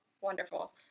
wonderful